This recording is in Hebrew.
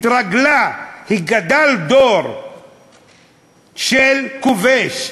התרגלה גדל דור של כובש,